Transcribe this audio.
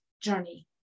journey